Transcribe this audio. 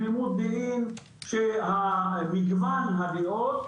תמימות דעים שמגוון הדעות,